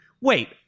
wait